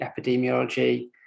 epidemiology